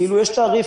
כאילו יש תעריף